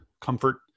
comfort